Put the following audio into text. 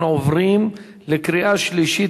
אנחנו עוברים לקריאה שלישית.